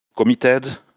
committed